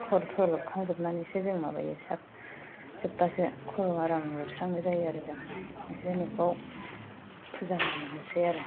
खर' थर' लोबखांजोबनानैसो जों माबायो सा जोब्बासो खर' आराम स्रां जायो आरो जोङो एसे न'फोराव फुजा होनो मोनोसै आरो